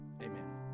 Amen